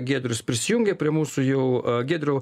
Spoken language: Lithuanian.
giedrius prisijungė prie mūsų jau giedriau